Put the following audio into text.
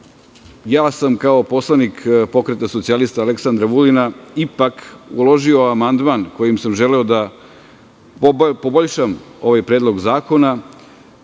ja sam kao poslanik Pokreta socijalista Aleksandra Vulina ipak uložio amandman kojim sam želeo da poboljšam ovaj predlog zakona,